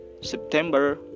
September